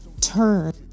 turn